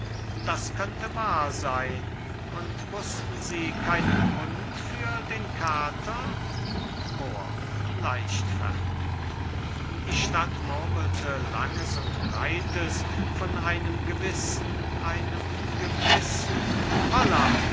das könnte wahr sein und wußten sie keinen hund für den kater mohr leichtfertig die stadt murmelte langes und breites von einem gewissen einem gewissen holla